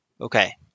Okay